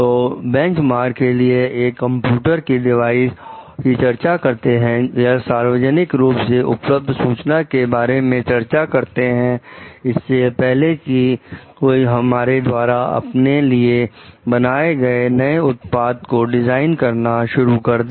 तो benchmark के लिए एक कंप्यूटर की डिवाइस की चर्चा करते हैं या सार्वजनिक रूप से उपलब्ध सूचना के बारे में चर्चा करते हैं इससे पहले की कोई हमारे द्वारा अपने लिए बनाए गए नए उत्पाद को डिजाइन करना शुरू कर दें